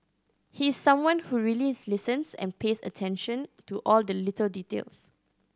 he's someone who really listens and pays attention to all the little details